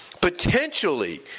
potentially